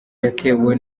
yatewe